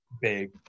big